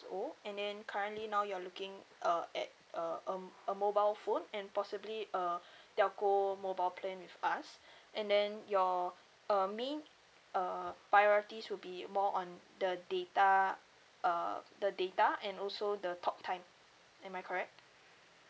old and then currently now you're looking uh at a a m~ a mobile phone and possibly a telco mobile plan with us and then your uh main uh priorities would be more on the data uh the data and also the talk time am I correct